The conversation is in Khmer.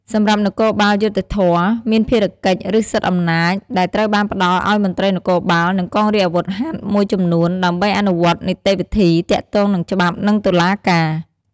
សម្រាប់់នគរបាលយុត្តិធម៌ មានភារកិច្ច ឬសិទ្ធិអំណាច ដែលត្រូវបានផ្ដល់ឱ្យមន្ត្រីនគរបាល និងកងរាជអាវុធហត្ថមួយចំនួន ដើម្បីអនុវត្តនីតិវិធីទាក់ទងនឹងច្បាប់ និងតុលាការ។